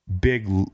big